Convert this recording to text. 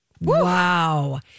Wow